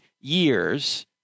years